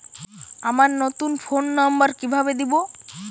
আমার নতুন phone number কিভাবে দিবো?